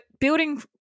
building –